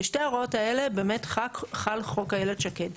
בשתי ההוראות האלה באמת חל חוק איילת שקד.